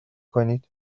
کنید